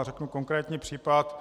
Řeknu konkrétní případ.